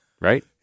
right